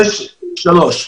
דבר רביעי,